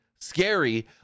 scary